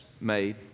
made